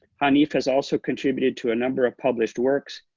hanif has also contributed to a number of published works,